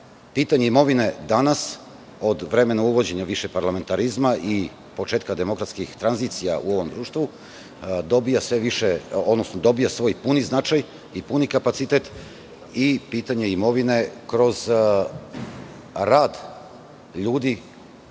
pitanje imovine danas, od vremena uvođenja višeparlamentarizma i početka demokratskih tranzicija u ovom društvu dobija svoj puni značaj i puni kapacitet i pitanje imovine kroz rad ljudi